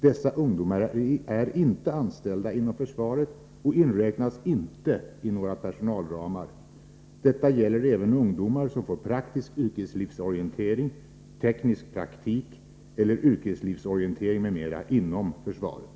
Dessa ungdomar är inte anställda inom försvaret och inräknas inte i några personalramar. Detta gäller även ungdomar som får praktisk yrkeslivsorientering, teknisk praktik eller yrkeslivsorientering m.m. inom försvaret.